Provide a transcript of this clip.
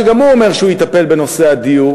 שגם הוא אומר שהוא יטפל בנושא הדיור.